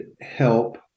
help